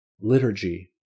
liturgy